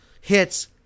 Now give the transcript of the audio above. hits